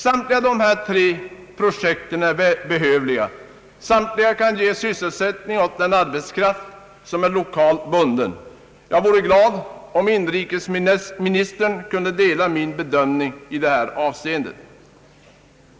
Samtliga dessa tre projekt är behövliga. Samtliga kan ge sysselsättning åt den arbetskraft som är lokalt bunden. Jag vore glad om inrikesministern kunde dela min bedömning i detta avseende.